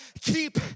keep